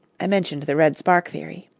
i mentioned the red-spark theory.